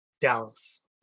Dallas